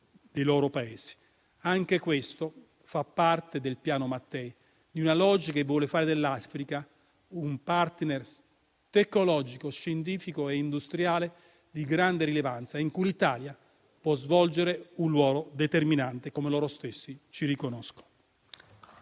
dei loro Paesi. Anche questo fa parte del Piano Mattei, di una logica che vuole fare dell'Africa un *partner* tecnologico, scientifico e industriale di grande rilevanza; una logica in cui l'Italia può svolgere un ruolo determinante, come loro stessi ci riconoscono.